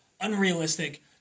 unrealistic